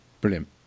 brilliant